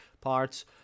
parts